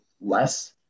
less